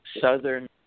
southern